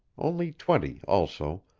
only twenty also,